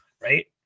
Right